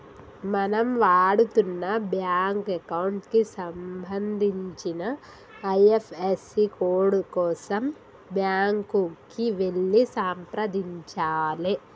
మనం వాడుతున్న bank account కి సంబంధించిన ఐ.ఎఫ్.ఎస్.సి కోడ్ కోసం బ్యాంకుకి వెళ్లి సంప్రదించాలే